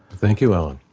thank you, alan.